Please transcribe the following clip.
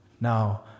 Now